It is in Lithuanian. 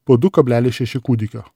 po du kablelis šeši kūdikio